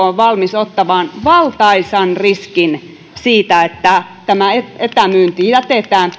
on valmis ottamaan valtaisan riskin siitä että tämä etämyynti jätetään